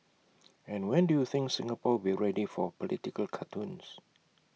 and when do you think Singapore will ready for political cartoons